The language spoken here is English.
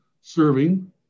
serving